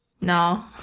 no